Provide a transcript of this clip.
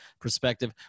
perspective